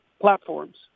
platforms